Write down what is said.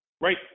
right